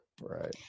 right